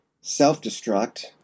self-destruct